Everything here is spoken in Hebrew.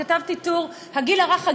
כתבתי טור: הגיל הרך,